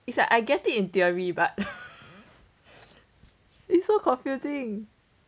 it's like I get it in theory but it's so confusing